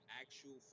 actual